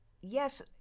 yes